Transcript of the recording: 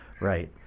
Right